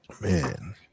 man